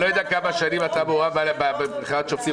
אני לא יודע כמה שנים אתה מעורב בבחירת שופטים.